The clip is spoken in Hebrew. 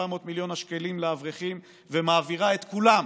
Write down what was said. מיליון השקלים לאברכים ומעבירה את כולם